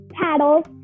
paddles